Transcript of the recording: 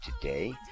today